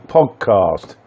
Podcast